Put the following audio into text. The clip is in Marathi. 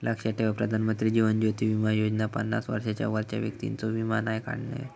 लक्षात ठेवा प्रधानमंत्री जीवन ज्योति बीमा योजनेत पन्नास वर्षांच्या वरच्या व्यक्तिंचो वीमो नाय काढणत